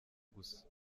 gusa